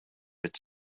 its